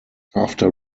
after